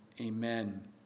amen